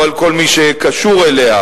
או על כל מי שקשור אליה.